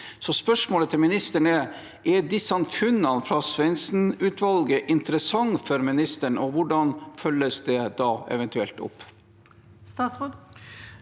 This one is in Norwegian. Så spørsmålet til ministeren er: Er disse funnene fra Svendsen-utvalget interessante for ministeren, og hvordan følges det da eventuelt opp?